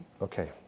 okay